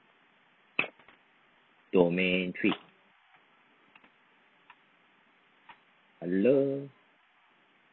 domain three hello